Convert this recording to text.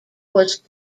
was